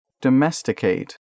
domesticate